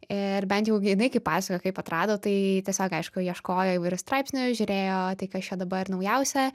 ir bent jau jinai kaip pasakojo kaip atrado tai tiesiog aišku ieškojo įvairių straipsnių žiūrėjo tai kas čia dabar naujausia